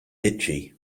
itchy